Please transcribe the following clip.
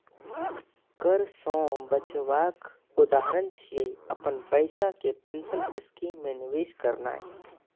कर सं बचावक उदाहरण छियै, अपन पैसा कें पेंशन स्कीम मे निवेश करनाय